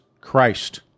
Christ